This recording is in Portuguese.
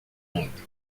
muito